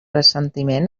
assentiment